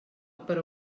per